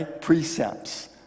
precepts